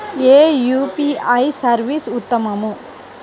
ఏ UPI service ఉత్తమము?